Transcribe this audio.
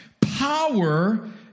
Power